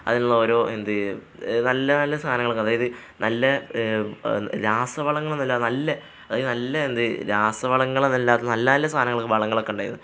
അതിനുള്ള ഓരോ എന്താണ് നല്ല നല്ല സാധനങ്ങളൊക്കെ അതായത് നല്ല രാസവളങ്ങളൊന്നുമില്ലാത്ത നല്ല അതായത് നല്ല എന്താണ് രാസവളങ്ങളൊന്നുമില്ലാത്ത നല്ല നല്ല സാധനങ്ങൾ വളങ്ങളൊക്കെയുണ്ടായിരുന്നു